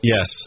Yes